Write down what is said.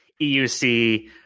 EUC